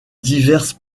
diverses